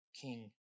King